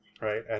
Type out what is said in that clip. Right